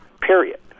Period